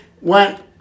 went